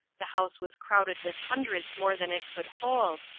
the house was crowded with hundreds more than it could hold,